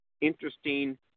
interesting